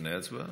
לפני ההצבעה?